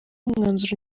umwanzuro